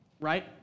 Right